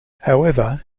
however